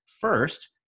first